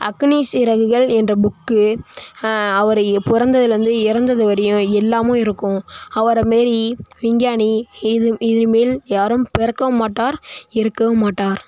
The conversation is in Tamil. அக்கினி சிறகுகள் என்ற புக்கு அவர் பிறந்ததுலேந்து இறந்தது வரையும் எல்லாமும் இருக்கும் அவர் மாரி விஞ்ஞானி இது இனிமேல் யாரும் பிறக்கவும் மாட்டார் இருக்கவும் மாட்டார்